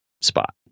spot